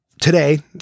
today